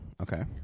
Okay